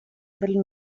del